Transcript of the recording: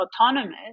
autonomous